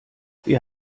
wir